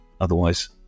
otherwise